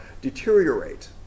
deteriorate